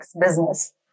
business